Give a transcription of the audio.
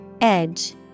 Edge